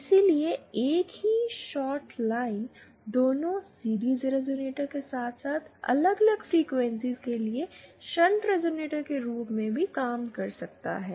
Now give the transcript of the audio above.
इसलिए एक ही शॉर्ट लाइन दोनों सीरिज़ रिजोनेटर के साथ साथ अलग अलग फ्रीक्वेंसी के लिए शंट रेज़ोनेटर के रूप में काम कर सकती है